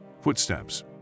Footsteps